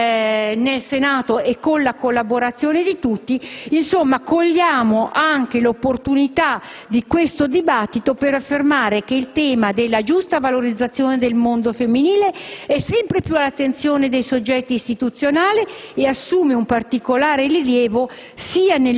qui nel Senato e con la collaborazione di tutti. Insomma, cogliamo anche l'opportunità di questo dibattito per affermare che il tema della giusta valorizzazione del mondo femminile è sempre più all'attenzione dei soggetti istituzionali e assume un particolare rilievo sia